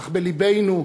אך בלבנו,